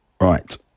Right